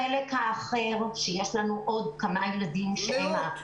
החלק האחר ויש לנו עוד כמה ילדים שהם ה-200 -- מאות,